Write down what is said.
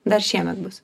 dar šiemet bus